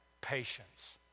patience